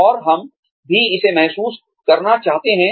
और हम भी इसे महसूस करना चाहते हैं